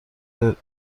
بیگاری